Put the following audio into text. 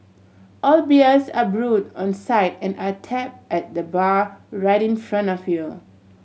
all beers are brewed on site and are tap at the bar right in front of you